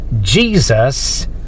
Jesus